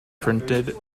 printed